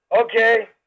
Okay